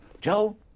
Joe